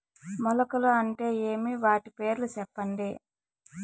మొలకలు అంటే ఏమి? వాటి పేర్లు సెప్పండి?